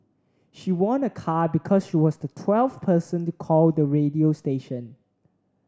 she won a car because she was the twelfth person to call the radio station